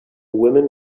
women